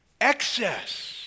Excess